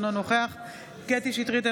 אינו נוכח קטי קטרין שטרית,